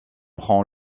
prend